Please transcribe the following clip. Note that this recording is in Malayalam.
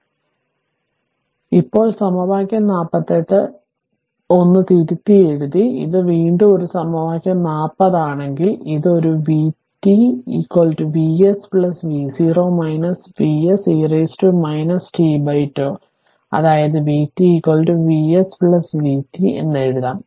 അതിനാൽ ഇപ്പോൾ സമവാക്യം 48 എന്ന് തിരുത്തിയെഴുതി ഇത് വീണ്ടും ഒരു സമവാക്യം 40 ആണെങ്കിൽ ഇത് ഒരു vt Vs v0 Vs e t τ അതായത് vt Vss vt എന്ന് എഴുതാം